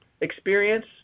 experience